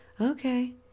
Okay